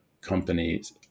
companies